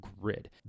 grid